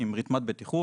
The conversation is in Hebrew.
עם רתמת בטיחות,